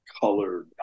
colored